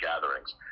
gatherings